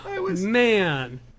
Man